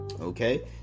Okay